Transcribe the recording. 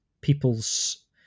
people's